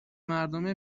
مردم